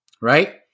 right